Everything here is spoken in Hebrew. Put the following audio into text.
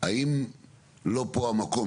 האם לא פה המקום,